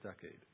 decade